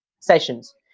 sessions